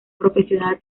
profesional